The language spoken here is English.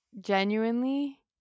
genuinely